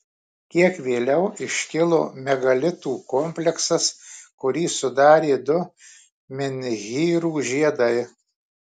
kiek vėliau iškilo megalitų kompleksas kurį sudarė du menhyrų žiedai